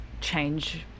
change